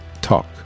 Talk